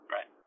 Right